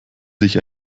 sich